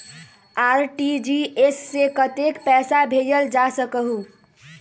RTGS से कतेक पैसा भेजल जा सकहु???